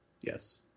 Yes